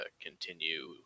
continue